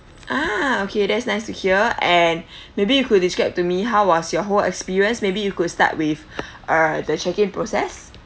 ah okay that's nice to hear and maybe you could describe to me how was your whole experience maybe you could start with uh the check in process